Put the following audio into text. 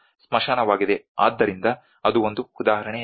ಆದ್ದರಿಂದ ಅದು ಒಂದು ಉದಾಹರಣೆಯಾಗಿದೆ